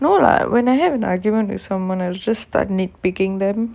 no lah when I have an argument with someone I would start nitpicking them